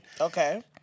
Okay